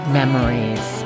memories